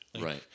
Right